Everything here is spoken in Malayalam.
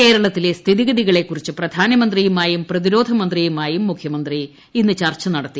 കേരളത്തിലെ സ്ഥിതിഗതികളെ കുറിച്ച് പ്രധാനമന്ത്രിയുമായും പ്രതിരോധ മന്ത്രിയുമായും മുഖ്യമന്ത്രി ഇന്ന് ചർച്ച നടത്തി